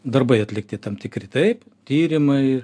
darbai atlikti tam tikri taip tyrimai